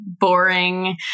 boring